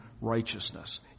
righteousness